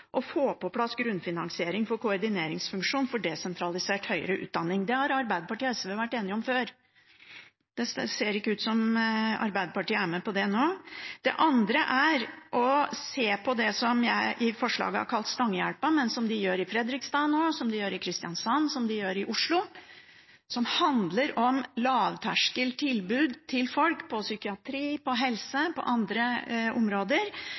Arbeiderpartiet er med på det nå. Det andre er å se på det som jeg i forslaget har kalt «Stangehjelpa», noe som de gjør i Fredrikstad nå, som de gjør i Kristiansand, som de gjør i Oslo, som handler om lavterskel tilbud til folk i psykiatri, innen helse og på andre områder,